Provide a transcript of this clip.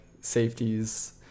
safeties